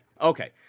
Okay